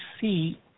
see